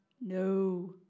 No